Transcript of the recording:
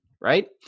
right